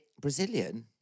Brazilian